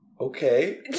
okay